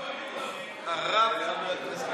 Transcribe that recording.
אני מבקש: הרב, הרב חבר הכנסת.